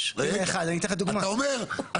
אתה אומר,